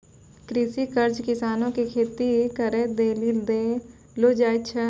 कृषि कर्ज किसानो के खेती करे लेली देलो जाय छै